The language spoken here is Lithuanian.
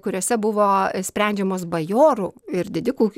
kuriuose buvo sprendžiamos bajorų ir didikų